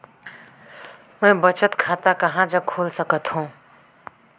मैं बचत खाता कहां जग खोल सकत हों?